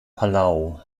palau